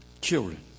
Children